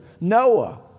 Noah